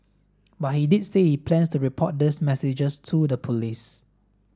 but he did say he plans to report these messages to the police